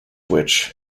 witch